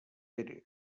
pérez